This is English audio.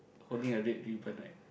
holding a red ribbon like